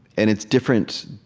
and it's different,